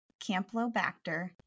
campylobacter